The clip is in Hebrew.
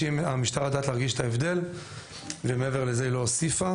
המשטרה יודעת להרגיש את ההבדל ומעבר לזה היא לא הוסיפה.